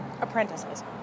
apprentices